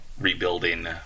rebuilding